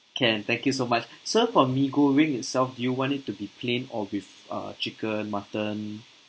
can thank you so much sir for mee goreng itself do you want it to be plain or with uh chicken mutton